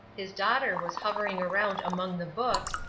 his daughter was hovering around among the books,